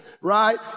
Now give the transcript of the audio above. right